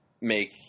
make